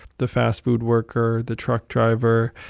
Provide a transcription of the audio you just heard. the fast-food worker, the truck driver,